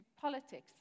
politics